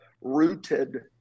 rooted